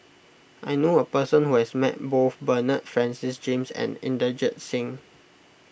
I know a person who has met both Bernard Francis James and Inderjit Singh